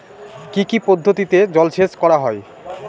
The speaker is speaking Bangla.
কি কি পদ্ধতিতে জলসেচ করা হয়?